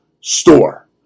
store